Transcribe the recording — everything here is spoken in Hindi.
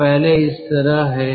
तो पहले इस तरह है